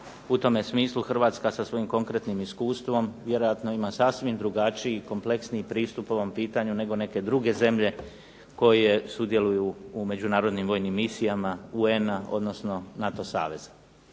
U tome smislu Hrvatska sa svojim konkretnim iskustvom vjerojatno ima sasvim drugačiji i kompleksniji pristup ovom pitanju nego neke druge zemlje koje sudjeluju u međunarodnim vojnim misijama UN-a, odnosno NATO saveza.